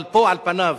אבל פה על פניו